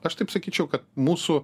aš taip sakyčiau kad mūsų